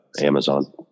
Amazon